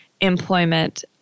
employment